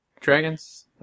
Dragons